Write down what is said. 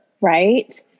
right